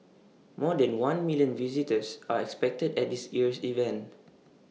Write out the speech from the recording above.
more than one million visitors are expected at this year's event